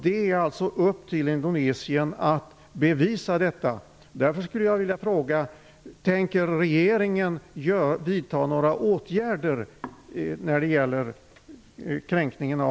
Det är alltså Indonesiens sak att bevisa detta.